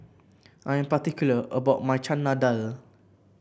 I'm particular about my Chana Dal